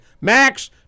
Max